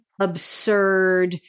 absurd